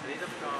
סימולטנית גם.